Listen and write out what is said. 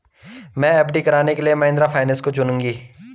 मैं एफ.डी कराने के लिए महिंद्रा फाइनेंस को चुनूंगी